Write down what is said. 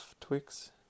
Twix